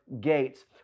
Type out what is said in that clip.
gates